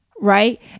right